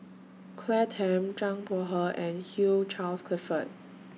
Claire Tham Zhang Bohe and Hugh Charles Clifford